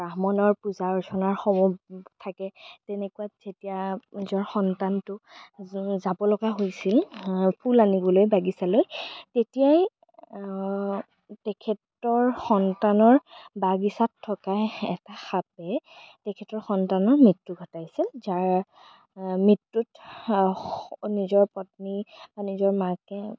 ব্ৰাহ্মণৰ পূজা অৰ্চনাৰ থাকে তেনেকুৱাত যেতিয়া নিজৰ সন্তানটো যাব লগা হৈছিল ফুল আনিবলৈ বাগিচালৈ তেতিয়াই তেখেতৰ সন্তানৰ বাগিচাত থকা এটা সাপে তেখেতৰ সন্তানৰ মৃত্যু ঘটাইছিল যাৰ মৃত্যুত নিজৰ পত্নী নিজৰ মাকে